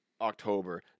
October